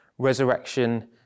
resurrection